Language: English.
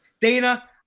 Dana